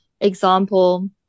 example